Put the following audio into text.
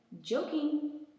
joking